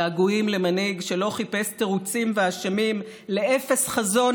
געגועים למנהיג שלא חיפש תירוצים ואשמים לאפס חזון